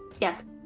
yes